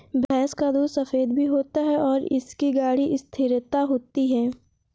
भैंस का दूध सफेद भी होता है और इसकी गाढ़ी स्थिरता होती है